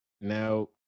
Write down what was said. Now